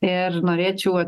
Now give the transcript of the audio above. ir norėčiau ats